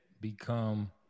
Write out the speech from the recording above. become